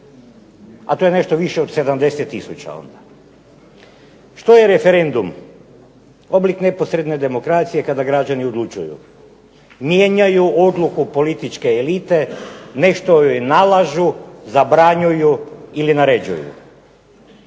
a to je nešto više od 70000 onda. Što je referendum? Oblik neposredne demokracije kada građani odlučuju, mijenjaju odluku političke elite, nešto joj nalažu, zabranjuju ili naređuju.